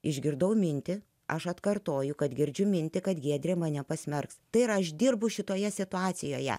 išgirdau mintį aš atkartoju kad girdžiu mintį kad giedrė mane pasmerks tai ir aš dirbu šitoje situacijoje